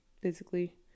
Physically